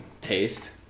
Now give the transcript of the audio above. taste